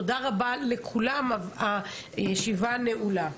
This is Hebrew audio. תודה רבה לכולם, הישיבה נעולה.